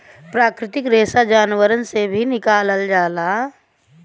प्राकृतिक रेसा जानवरन से भी निकालल जाला